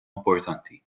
importanti